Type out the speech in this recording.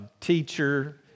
teacher